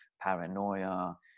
paranoia